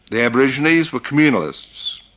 the aborigines were communalists.